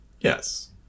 yes